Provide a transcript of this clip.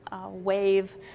wave